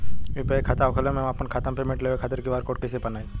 UPI खाता होखला मे हम आपन खाता मे पेमेंट लेवे खातिर क्यू.आर कोड कइसे बनाएम?